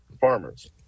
farmers